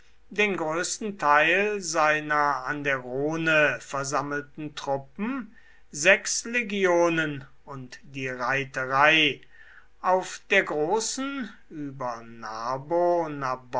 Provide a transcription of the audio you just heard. den größten teil seiner an der rhone versammelten truppen sechs legionen und die reiterei auf der großen